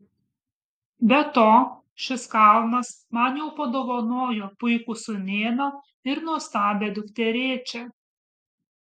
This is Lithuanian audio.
be to šis kalnas man jau padovanojo puikų sūnėną ir nuostabią dukterėčią